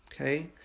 okay